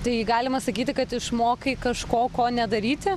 tai galima sakyti kad išmokai kažko ko nedaryti